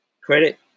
credit